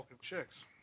chicks